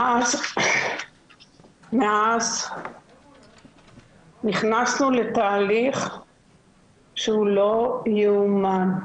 מאז נכנסנו לתהליך שהוא לא יאומן,